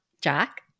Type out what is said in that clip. Jack